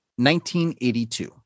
1982